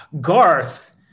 Garth